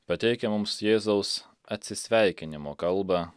pateikia mums jėzaus atsisveikinimo kalbą